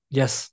yes